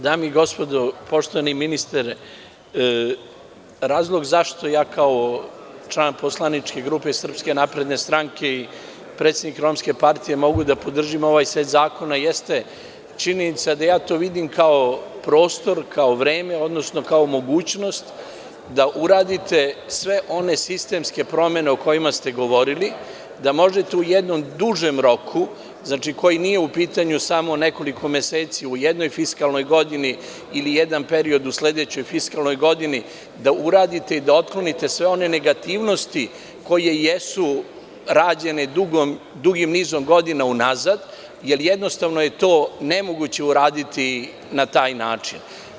Dame i gospodo narodni poslanici, poštovani ministre, razlog zašto ja kao član poslaničke grupe SNS, i predsednik Romske partije, mogu da podržim ovaj set zakona jeste činjenica da to vidim kao prostor, kao vreme, odnosno kao mogućnost da uradite sve one sistemske promene o kojima ste govorili, da možete u jednom dužem roku, znači, koji nije u pitanju samo nekoliko meseci u jednoj fiskalnoj godini, ili jedan period u sledećoj fiskalnoj godini, da uradite, da otklonite sve one negativnosti koje jesu rađene dugim nizom godina unazad, jer jednostavno je to nemoguće uraditi na taj način.